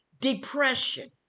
Depression